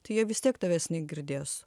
tai jie vis tiek tavęs negirdės